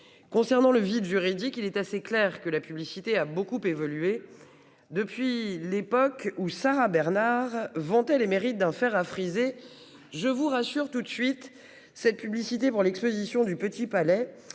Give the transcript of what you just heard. concernant le vide juridique, il est assez clair que la publicité a beaucoup évolué depuis l'époque où Sarah Bernard vanter les mérites d'un fer à friser, je vous rassure tout de suite cette publicité pour l'exposition du Petit Palais